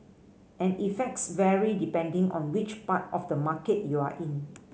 and effects vary depending on which part of the market you're in